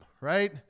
Right